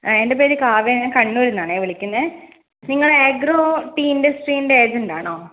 എൻ്റെ പേര് കാവ്യ ഞാൻ കണ്ണൂരിൽനിന്ന് ആണേ വിളിക്കുന്നത് നിങ്ങൾ ആഗ്രോ ടീ ഇൻഡസ്ട്രിൻ്റെ ഏജെൻ്റ് ആണോ